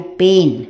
pain